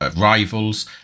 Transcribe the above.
rivals